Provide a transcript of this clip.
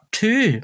two